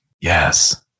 Yes